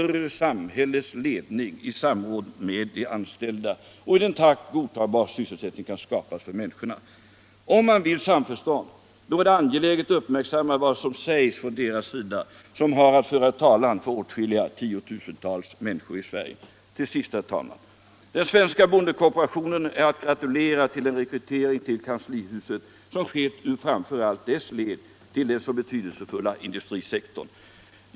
För att inte äventyra de anställdas utkomst och trygghet och bruksorternas möjligheter att överleva måste de nödvändiga förändringarna vidtas under samhällets ledning, i samråd med de anställda och i den takt godtagbar svsselsättning kan skapas för män niskorna på de orter där arbetstillfällen i stålindustrin går förlorade.” Om man vill uppnå samförstånd är det angeläget att uppmärksamma vad som sägs från deras sida som har att föra talan för åtskilliga tiotusental människor i Sverige. Herr talman! Jag vill till sist framhålla att den svenska bondekooperationen är att gratulera till den rekrytering ull kanslihuset som skett ur framför allt dess led när det gäller den så betydelsefulla industrisektorn.